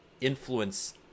influence